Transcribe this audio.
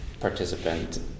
Participant